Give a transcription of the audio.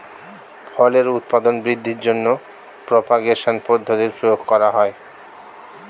ফলের উৎপাদন বৃদ্ধির জন্য প্রপাগেশন পদ্ধতির প্রয়োগ করা হয়